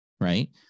right